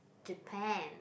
Japan